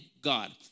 God